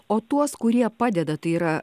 o tuos kurie padeda tai yra